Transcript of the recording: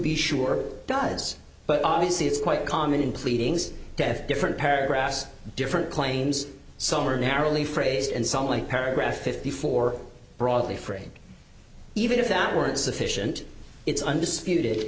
be sure does but obviously it's quite common in pleadings to have different paragraphs different claims some are narrowly phrased and some like paragraph fifty four broadly frame even if that were insufficient it's undisputed